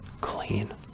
clean